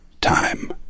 time